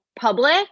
public